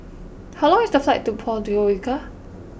how long is the flight to Podgorica